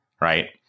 right